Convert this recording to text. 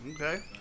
Okay